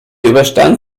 überstand